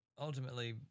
ultimately